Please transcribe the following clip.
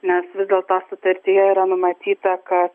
nes vis dėlto sutartyje yra numatyta kad